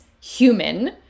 human